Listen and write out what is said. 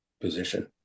position